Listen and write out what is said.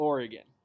Oregon